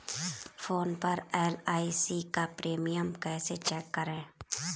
Phone पर एल.आई.सी का premium कैसे चेक करें?